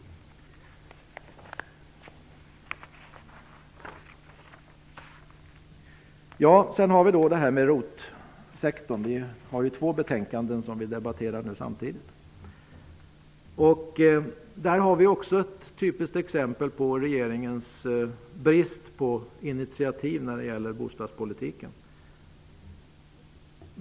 Sedan har vi då ROT-sektorn. Vi debatterar ju två betänkanden samtidigt. Där har vi också ett typiskt exempel på regeringens brist på initiativ när det gäller bostadspolitiken.